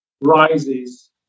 rises